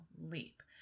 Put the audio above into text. leap